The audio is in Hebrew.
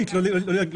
לא נציג את זה בהצעות.